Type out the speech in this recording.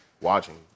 watching